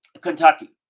Kentucky